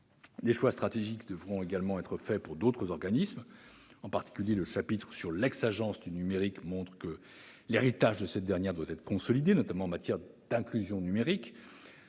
Des choix stratégiques devront également être faits pour d'autres organismes. En particulier, le chapitre sur l'ex-agence du numérique montre que l'héritage de cette dernière doit être consolidé, notamment en matière d'inclusion numérique.